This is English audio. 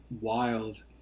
wild